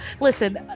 Listen